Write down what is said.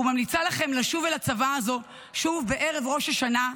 וממליצה לכם לשוב אל הצוואה הזו בערב ראש השנה,